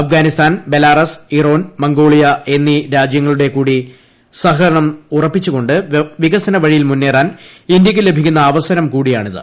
Afghanistan Belarus Mongolia Iran എന്നീ രാജ്യങ്ങളുടെ കൂടി സഹകരണം ഉറപ്പിച്ചു കൊണ്ട് വികസന വഴി യിൽ മുന്നേറാൻ ഇന്ത്യയ്ക്ക് ലഭിക്കുന്ന അവസരം കൂടിയാണിത്